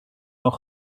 mewn